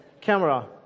Camera